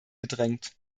gedrängt